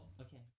okay